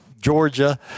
Georgia